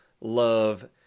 love